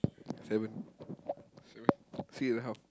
haven't three and a half